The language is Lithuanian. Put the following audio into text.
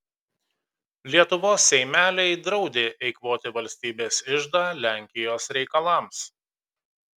lietuvos seimeliai draudė eikvoti valstybės iždą lenkijos reikalams